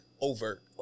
overt